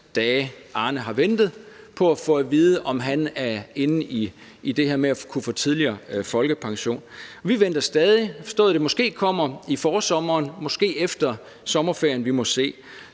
dage, Arne har ventet på at få at vide, om han er en af dem, der kan få tidligere pension. Vi venter stadig. Vi har forstået, at det måske kommer i forsommeren, måske efter sommerferien, vi må se.